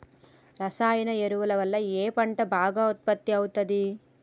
రసాయన ఎరువుల వల్ల ఏ పంట బాగా ఉత్పత్తి అయితది?